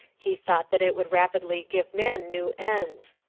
he thought that it would rapidly give man new ends.